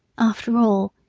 after all,